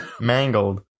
mangled